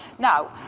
now,